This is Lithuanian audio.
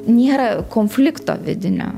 nėra konflikto vidinio